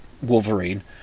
Wolverine